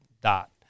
DOT